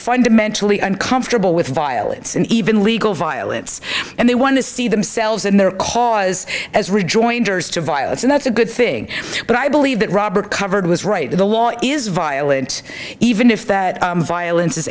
fundamentally uncomfortable with violence and even legal violence and they want to see themselves in their cause as rejoinders to violence and that's a good thing but i believe that robert covered was right the law is violent even if that violence